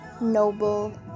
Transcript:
noble